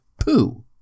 poo